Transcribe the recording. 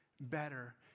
better